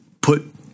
put